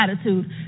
attitude